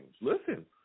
Listen